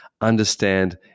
understand